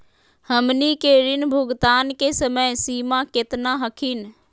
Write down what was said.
हमनी के ऋण भुगतान के समय सीमा केतना हखिन?